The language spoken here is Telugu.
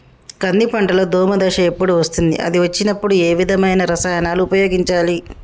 కంది పంటలో దోమ దశ ఎప్పుడు వస్తుంది అది వచ్చినప్పుడు ఏ విధమైన రసాయనాలు ఉపయోగించాలి?